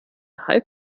hype